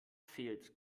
fehlt